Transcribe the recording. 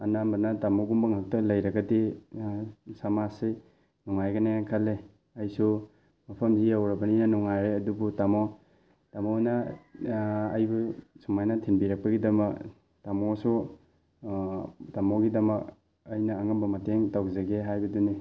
ꯑꯅꯝꯕꯅ ꯇꯥꯝꯃꯣꯒꯨꯝꯕ ꯉꯥꯛꯇ ꯂꯩꯔꯒꯗꯤ ꯁꯃꯥꯖꯁꯤ ꯅꯨꯡꯉꯥꯏꯒꯅꯤ ꯍꯥꯏꯅ ꯈꯜꯂꯦ ꯑꯩꯁꯨ ꯃꯐꯝꯁꯤ ꯌꯧꯔꯕꯅꯤꯅ ꯅꯨꯡꯉꯥꯏꯔꯦ ꯑꯗꯨꯕꯨ ꯇꯥꯝꯃꯣ ꯇꯥꯝꯃꯣꯅ ꯑꯩꯕꯨ ꯁꯨꯝꯃꯥꯏꯅ ꯊꯤꯟꯕꯤꯔꯛꯄꯒꯤꯗꯃꯛ ꯇꯥꯝꯃꯣꯁꯨ ꯇꯥꯝꯃꯣꯒꯤꯗꯃꯛ ꯑꯩꯅ ꯑꯉꯝꯕ ꯃꯇꯦꯡ ꯇꯧꯖꯒꯦ ꯍꯥꯏꯕꯗꯨꯅꯤ